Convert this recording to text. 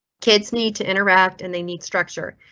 kids need to interact and they need structure.